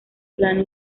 plano